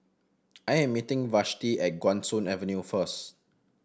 I am meeting Vashti at Guan Soon Avenue first